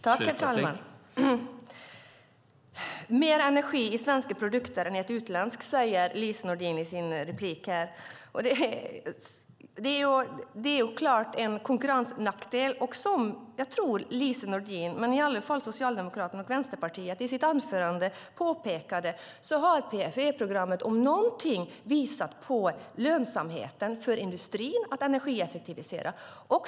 Herr talman! Lise Nordin säger i sin replik att det går åt mer energi för svenska än för utländska produkter. Det är klart en konkurrensnackdel. Som jag tror att Lise Nordin och i varje fall representanterna för Socialdemokraterna och Vänsterpartiet påpekade i sina anföranden har PFE-programmet om någonting visat på lönsamheten för industrin att energieffektivisera.